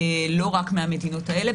לא רק מהמדינות האלה.